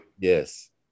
Yes